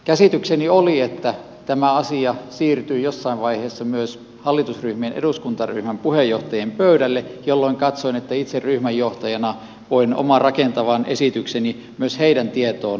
käsitykseni oli että tämä asia siirtyy jossain vaiheessa myös hallitusryhmien eduskuntaryhmien puheenjohtajien pöydälle jolloin katsoin että itse ryhmänjohtajana voin oman rakentavan esitykseni myös heidän tietoonsa saattaa